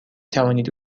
توانید